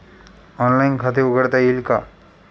Online खाते उघडता येईल का?